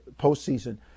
postseason